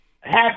happy